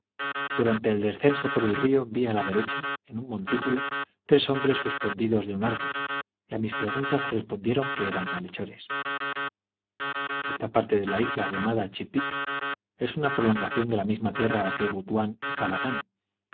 durante el descenso por el río vi a la derecha en un montículo tres hombres suspendidos de un árbol y a mis preguntas respondieron que eran malhechores esta parte de la isla llamada chipit es una prolongación de la misma tierra que butuán y calagán